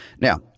Now